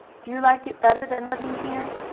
do you like it better than living here?